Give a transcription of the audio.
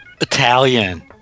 Italian